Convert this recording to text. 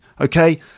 Okay